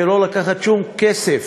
ולא לקחת שום כסף